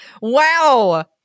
Wow